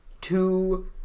two